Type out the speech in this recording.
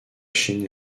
chine